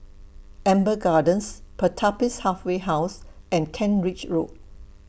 Amber Gardens Pertapis Halfway House and Kent Ridge Road